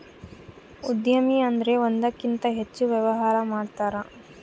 ಉದ್ಯಮಿ ಅಂದ್ರೆ ಒಂದಕ್ಕಿಂತ ಹೆಚ್ಚು ವ್ಯವಹಾರ ಮಾಡ್ತಾರ